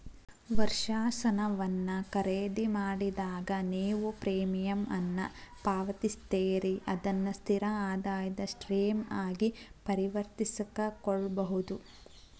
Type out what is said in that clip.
ವರ್ಷಾಶನವನ್ನ ಖರೇದಿಮಾಡಿದಾಗ, ನೇವು ಪ್ರೇಮಿಯಂ ಅನ್ನ ಪಾವತಿಸ್ತೇರಿ ಅದನ್ನ ಸ್ಥಿರ ಆದಾಯದ ಸ್ಟ್ರೇಮ್ ಆಗಿ ಪರಿವರ್ತಿಸಕೊಳ್ಬಹುದು